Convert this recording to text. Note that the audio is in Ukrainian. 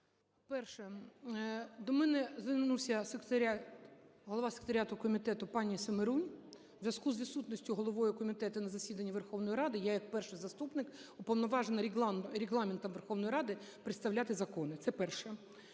Перше. До мене звернувся секретаріат… голова секретаріату комітету пані Семерунь. У зв'язку з відсутністю голови комітету на засіданні Верховної Ради я як перший заступник уповноважена Регламентом Верховної Ради представляти закони. Це перше.